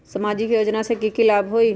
सामाजिक योजना से की की लाभ होई?